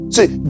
See